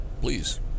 please